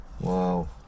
Wow